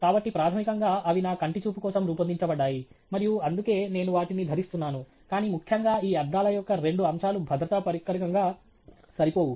కాబట్టి ప్రాథమికంగా అవి నా కంటి చూపు కోసం రూపొందించబడ్డాయి మరియు అందుకే నేను వాటిని ధరిస్తున్నాను కానీ ముఖ్యంగా ఈ అద్దాల యొక్క రెండు అంశాలు భద్రతా పరికరంగా సరిపోవు